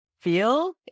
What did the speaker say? Feel